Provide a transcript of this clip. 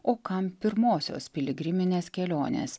o kam pirmosios piligriminės kelionės